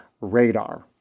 radar